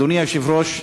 אדוני היושב-ראש,